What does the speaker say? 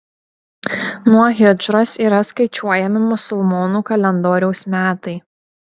nuo hidžros yra skaičiuojami musulmonų kalendoriaus metai